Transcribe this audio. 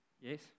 Yes